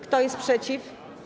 Kto jest przeciw?